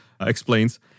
explains